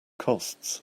costs